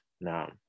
Now